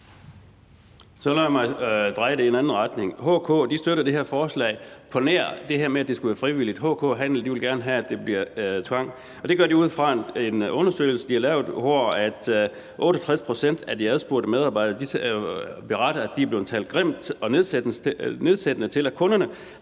Så lad mig dreje det i en anden retning. HK støtter det her forslag på nær det her med, at det skal være frivilligt. HK Handel vil gerne have, at der bliver indført tvang. Det vil de på baggrund af en undersøgelse, de har lavet, hvor 68 pct. af de adspurgte medarbejdere beretter, at de er blevet talt grimt og nedsættende til af kunderne,